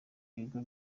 ibigo